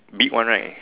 big one right